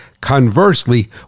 Conversely